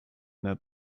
that